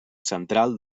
central